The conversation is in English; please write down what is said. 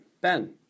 Ben